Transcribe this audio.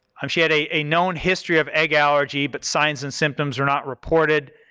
um she had a known history of egg allergy, but signs and symptoms were not reported,